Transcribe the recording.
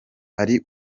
ari